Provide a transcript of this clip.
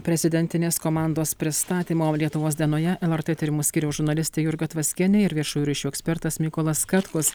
prezidentinės komandos pristatymo lietuvos dienoje lrt tyrimų skyriaus žurnalistė jurga tvaskienė ir viešųjų ryšių ekspertas mykolas katkus